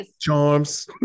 Charms